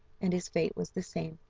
and his fate was the same.